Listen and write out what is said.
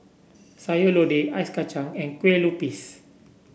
Sayur Lodeh Ice Kacang and Kueh Lupis